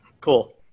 Cool